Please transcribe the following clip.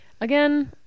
Again